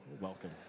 welcome